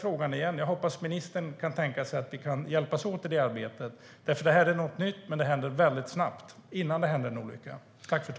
Jag hoppas att ministern kan tänka sig att vi kan hjälpas åt i detta arbete innan det händer en olycka. Det här är någonting nytt, men det händer väldigt snabbt.